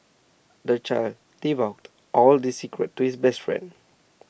the child divulged all his secrets to his best friend